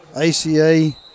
aca